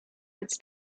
its